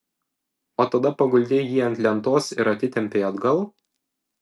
o tada paguldei jį ant lentos ir atitempei atgal